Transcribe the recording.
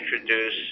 introduce